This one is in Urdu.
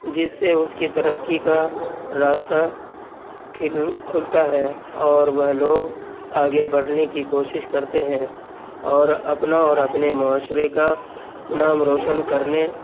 جس سے اس کی ترقی کا راستہ کھل کھلتا ہے اور وہ لوگ آگے بڑھنے کی کوشش کرتے ہیں اور اپنا اور اپنے معاشرے کا نام روشن کرنے